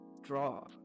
draw